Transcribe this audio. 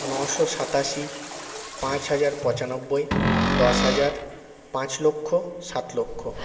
নশো সাতাশি পাঁচ হাজার পঁচানব্বই দশ হাজার পাঁচ লক্ষ সাত লক্ষ